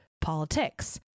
politics